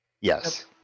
Yes